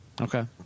Okay